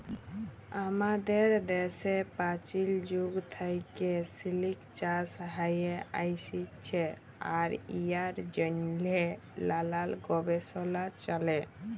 আমাদের দ্যাশে পাচীল যুগ থ্যাইকে সিলিক চাষ হ্যঁয়ে আইসছে আর ইয়ার জ্যনহে লালাল গবেষলা চ্যলে